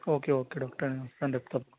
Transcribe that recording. okay okay doctor నేను వస్తాను రేపు తప్ప